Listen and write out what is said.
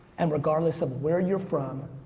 and regardless of where you're from,